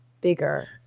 bigger